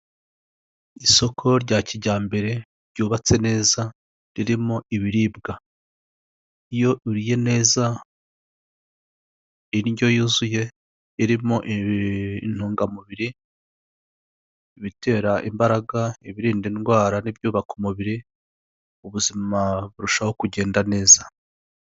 Abantu benshi bicayemo ahantu m'imbere mu inzu, imbere yabo hariho ameza n'ubucupa bw'amazi, hejuru ku meza na za mikoro imbere yaho harimo na za telefone zabo niho zirambitse hakurya urugi rurafunguye.